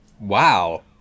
Wow